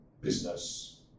business